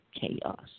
chaos